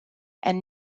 and